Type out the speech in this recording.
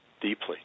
deeply